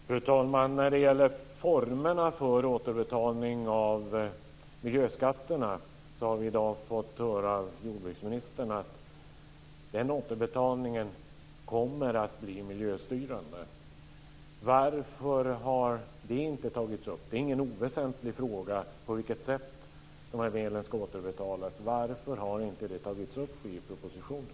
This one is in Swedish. Fru talman! När det gäller formerna för återbetalning av miljöskatterna har vi i dag fått höra av jordbruksministern att återbetalningen kommer att bli miljöstyrande. Varför har inte detta tagits upp? Det är ingen oväsentlig fråga på vilket sätt de här medlen ska återbetalas. Varför har inte detta tagits upp i propositionen?